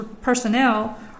personnel